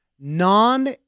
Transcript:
Non